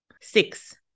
Six